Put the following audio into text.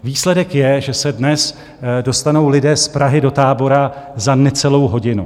Výsledek je, že se dnes dostanou lidé z Prahy do Tábora za necelou hodinu.